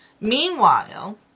Meanwhile